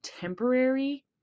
temporary